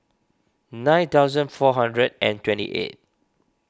nine thousand four hundred and twenty eight